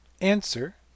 Answer